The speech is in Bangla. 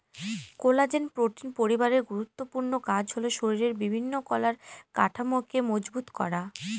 কোলাজেন প্রোটিন পরিবারের গুরুত্বপূর্ণ কাজ হল শরীরের বিভিন্ন কলার কাঠামোকে মজবুত করা